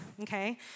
Okay